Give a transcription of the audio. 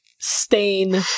stain